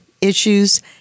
issues